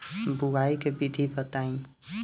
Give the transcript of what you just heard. बुआई के विधि बताई?